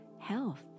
health